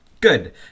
good